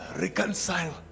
reconcile